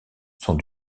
sont